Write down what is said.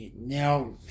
Now